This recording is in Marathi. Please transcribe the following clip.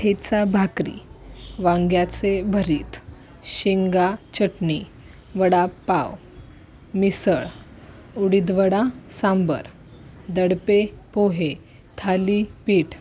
ठेचा भाकरी वांग्याचे भरीत शेंगा चटणी वडापाव मिसळ उडीदवडा सांबर दडपे पोहे थालिपीठ